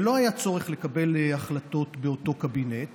ולא היה צורך לקבל החלטות באותו קבינט